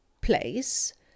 place